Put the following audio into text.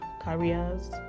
careers